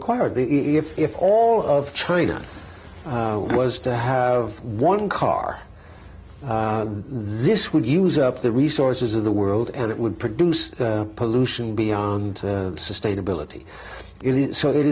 acquire the if if all of china was to have one car this would use up the resources of the world and it would produce pollution beyond sustainability so